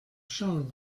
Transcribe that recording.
shown